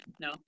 No